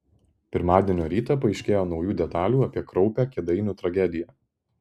pirmadienio rytą paaiškėjo naujų detalių apie kraupią kėdainių tragediją